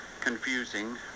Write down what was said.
confusing